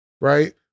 right